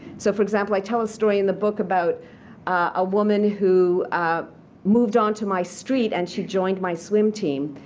so for example, i tell a story in the book about a woman who moved on to my street and she joined my swim team.